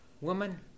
Woman